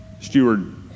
steward